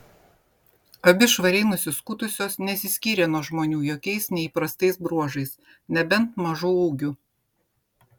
abi švariai nusiskutusios nesiskyrė nuo žmonių jokiais neįprastais bruožais nebent mažu ūgiu